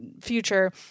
future